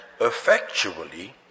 effectually